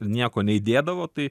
nieko neįdėdavo tai